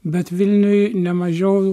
bet vilniuj nemažiau